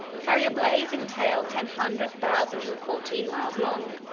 carry a blazing tail ten hundred thousand and fourteen miles long,